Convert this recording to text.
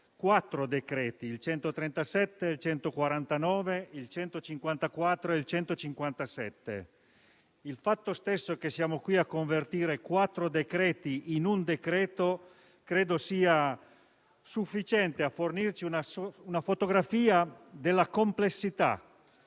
quattro decreti-legge, i nn. 137, 149, 154 e 157. Il fatto stesso che siamo qui a convertire quattro decreti in un decreto solo credo sia sufficiente a fornirci una fotografia della complessità